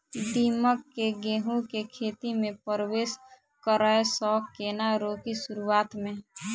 दीमक केँ गेंहूँ केँ खेती मे परवेश करै सँ केना रोकि शुरुआत में?